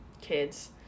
kids